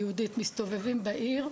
זה כואב להגיע היום למה שאני, עבדתי מאוד קשה.